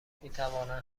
میتوانند